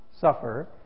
suffer